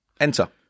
enter